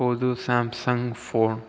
புது Samsung phone